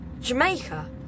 Jamaica